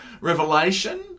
Revelation